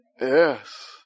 Yes